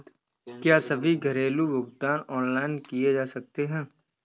क्या सभी घरेलू भुगतान ऑनलाइन किए जा सकते हैं?